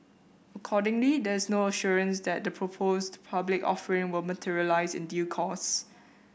accordingly there is no assurance that the proposed public offering will materialise in due course